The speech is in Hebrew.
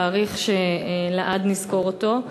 תאריך שלעד נזכור אותו.